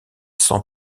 sans